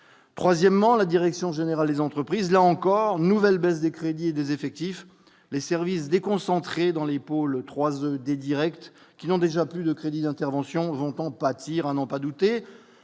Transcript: troisièmement, la direction générale des entreprises, là encore, nouvelle baisse des crédits et des effectifs, les services déconcentrés dans l'épaule 3 E des Directs qui n'ont déjà plus de crédits d'intervention vont en pâtir un n'en pas douter,